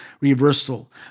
Reversal